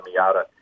Miata